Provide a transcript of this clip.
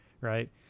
right